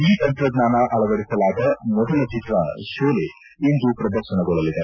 ಈ ತಂತ್ರಜ್ಞಾನ ಅಳವಡಿಸಲಾದ ಮೊದಲ ಚಿತ್ರ ಶೋಲೆ ಇಂದು ಪ್ರದರ್ಶನಗೊಳ್ಳಲಿದೆ